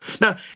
Now